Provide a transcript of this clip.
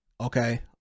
okay